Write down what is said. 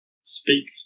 speak